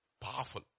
Powerful